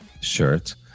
shirt